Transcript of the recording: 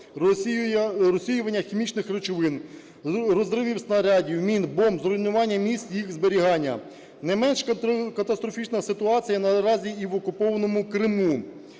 розсіювання хімічних речовин, розривів снарядів, мін, бомб, зруйнування місць їх зберігання. Не менш катастрофічна ситуація наразі і в окупованому Криму,